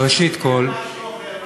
לא ציפיתי למשהו אחר ממך.